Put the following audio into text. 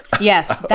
Yes